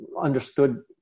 understood